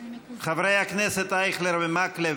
חברי הכנסת אייכלר ומקלב,